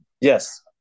yes